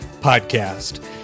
Podcast